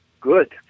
good